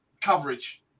coverage